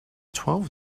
twelve